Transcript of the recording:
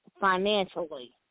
financially